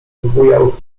wybujałych